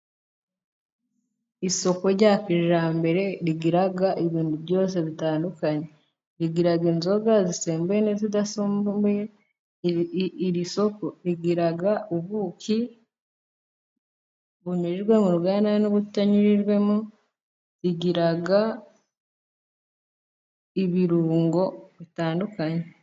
Isoko rya kijyambere rigira ibintu byose bitandukanye riagira inzoga zisembuye n'izidasembuye. Iri soko rigira ubuki bunyujjijwe mu ruganda n'ubutanyujijwemo. Rigira ibirungo bitandukanye.